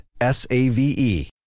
S-A-V-E